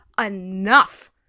enough